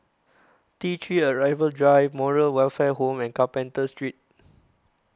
T three Arrival Drive Moral Welfare Home and Carpenter Street